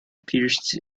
appears